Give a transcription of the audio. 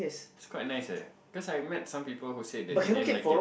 it's quite nice eh cause I met some people who said that they didn't like it